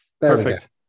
perfect